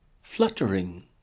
fluttering